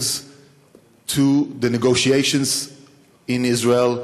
ואחר כך הגעת לישראל,